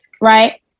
right